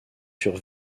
sur